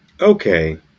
Okay